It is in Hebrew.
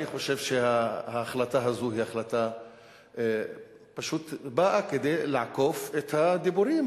אני חושב שההחלטה הזאת היא החלטה שפשוט באה לעקוף את הדיבורים